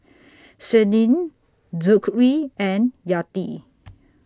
Senin Zikri and Yati